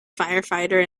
firefighter